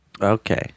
okay